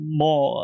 more